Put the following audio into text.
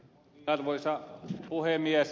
arvoisa puhemies